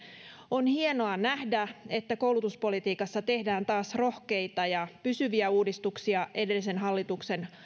on hienoa nähdä että koulutuspolitiikassa tehdään taas rohkeita ja pysyviä uudistuksia edellisen hallituksen